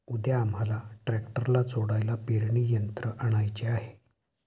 उद्या आम्हाला ट्रॅक्टरला जोडायला पेरणी यंत्र आणायचे आहे